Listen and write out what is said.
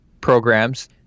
programs